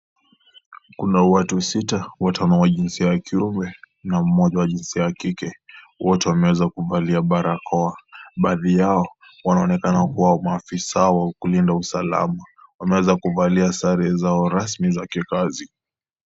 Kuna watu sita. Watano wa jinsi ya kiume na moja wa jinsia ya kike. Wote wameweza kuvalia barakoa. Baadhi yao, wanaonekana kuwa maafisa wa kulinda usalama. Wameweza kuvalia sare zao rasmi za kikazi.